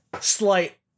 slight